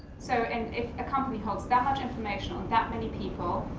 so, if a company holds that much information on that many people,